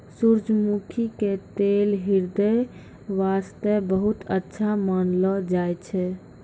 सूरजमुखी के तेल ह्रदय वास्तॅ बहुत अच्छा मानलो जाय छै